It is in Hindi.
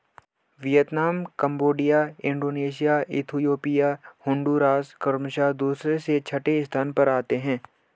Vietnam Cambodia Indonesia Ethiopia Honduras क्रमशः दूसरे से छठे स्थान पर आते हैं